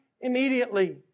immediately